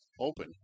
open